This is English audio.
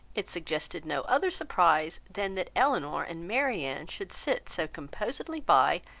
it suggested no other surprise than that elinor and marianne should sit so composedly by,